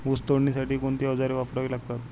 ऊस तोडणीसाठी कोणती अवजारे वापरावी लागतात?